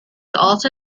also